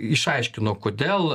išaiškino kodėl